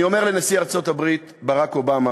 אני אומר לנשיא ארצות-הברית ברק אובמה